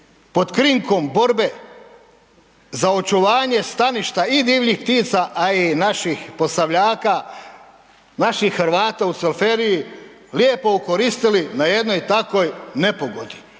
pod krinkom borbe za očuvanje staništa i divljih ptica, a i naših Posavljaka naših Hrvata u Cvelferiji lijepo okoristili na jednoj takvoj nepogodi.